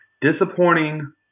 Disappointing